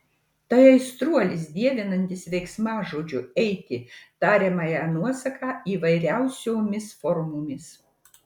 tai aistruolis dievinantis veiksmažodžio eiti tariamąją nuosaką įvairiausiomis formomis